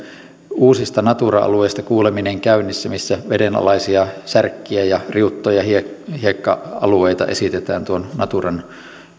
uusista natura alueista kuuleminen käynnissä missä vedenalaisia särkkiä ja riuttoja ja hiekka alueita esitetään naturan